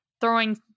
throwing